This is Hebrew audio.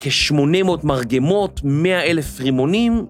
כ-800 מרגמות, 100,000 רימונים